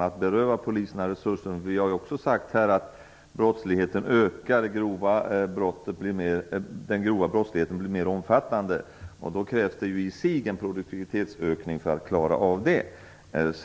att beröva poliserna resurser. Vi har här också sagt att brottsligheten ökar. Den grova brottsligheten blir mer omfattande. Det krävs i sig en produktivitetsökning för att klara av det.